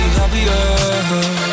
happier